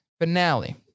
finale